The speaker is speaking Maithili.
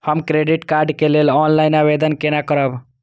हम क्रेडिट कार्ड के लेल ऑनलाइन आवेदन केना करब?